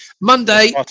Monday